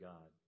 God